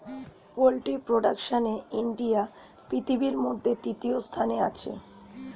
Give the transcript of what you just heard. poultry প্রোডাকশনে India পৃথিবীর মধ্যে তৃতীয় স্থানে আছে